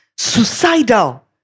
suicidal